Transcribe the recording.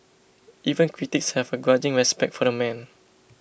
even critics have a grudging respect for the man